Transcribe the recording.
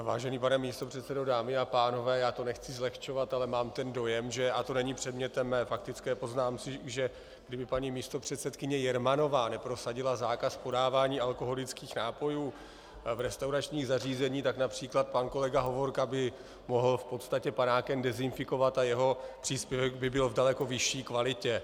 Vážený pane místopředsedo, dámy a pánové, já to nechci zlehčovat, ale mám ten dojem a to není předmětem mé faktické poznámky že kdyby paní místopředsedkyně Jermanová neprosadila zákaz podávání alkoholických nápojů v restauračních zařízeních, tak například pan kolega Hovorka by mohl v podstatě panákem dezinfikovat a jeho příspěvek by byl v daleko vyšší kvalitě.